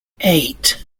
eight